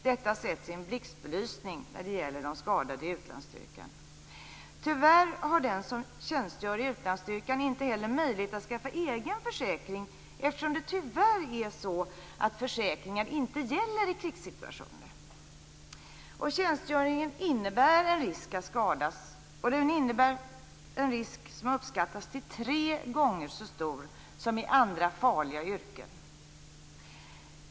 Detta sätts i blixtbelysning när det gäller de skadade i utlandsstyrkan. Tyvärr har den som tjänstgör i utlandsstyrkan inte heller möjlighet att skaffa egen försäkring, eftersom det tyvärr är så att försäkringar inte gäller i krigssituationer. Tjänstgöringen innebär en risk att skadas. Den risken uppskattas att vara tre gånger så stor som i andra farliga yrken.